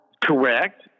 correct